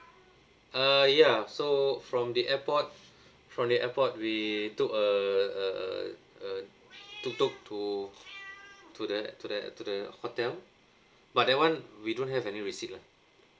err ya so from the airport from the airport we took a a a a tuk tuk to to that to that hotel but that [one] we don't have any receipt lah